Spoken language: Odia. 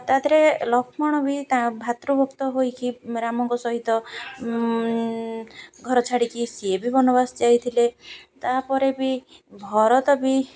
ତା' ଦେହରେ ଲକ୍ଷ୍ମଣ ବି ତ ଭାତୃ ଭକ୍ତ ହୋଇକି ରାମଙ୍କ ସହିତ ଘର ଛାଡ଼ିକି ସିଏ ବି ବନବାସ ଯାଇଥିଲେ ତା'ପରେ ବି ଭରତ ବି